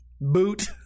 boot